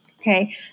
Okay